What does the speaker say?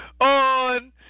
on